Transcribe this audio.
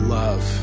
love